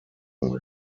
werden